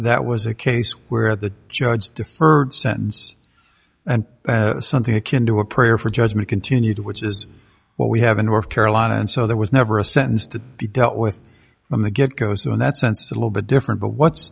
that was a case where the judge deferred sentence and something akin to a prayer for judgment continued which is what we have in north carolina and so there was never a sentence to be dealt with from the get go so in that sense a little bit different but what's